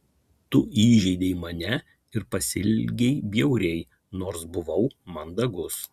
tu įžeidei mane ir pasielgei bjauriai nors buvau mandagus